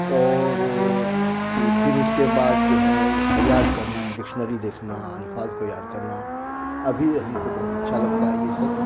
اور پھر اس کے بعد جو ہے اس کو یاد کرنا ڈکشنری دیکھنا الفاظ کو یاد کرنا ابھی ہم کو بہت اچھا لگتا ہے یہ سب